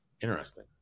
Interesting